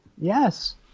Yes